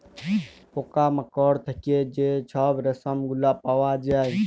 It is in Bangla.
পকা মাকড় থ্যাইকে যে ছব রেশম গুলা পাউয়া যায়